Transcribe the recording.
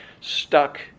stuck